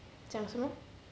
讲什么